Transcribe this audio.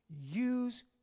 Use